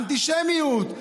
אנטישמיות,